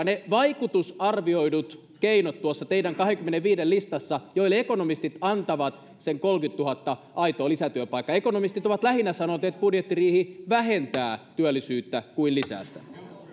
ne vaikutusarvioidut keinot tuossa teidän kahdenkymmenenviiden listassa joille ekonomistit antavat sen kolmekymmentätuhatta aitoa lisätyöpaikkaa ekonomistit ovat lähinnä sanoneet että budjettiriihi ennemmin vähentää työllisyyttä kuin lisää sitä